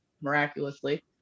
miraculously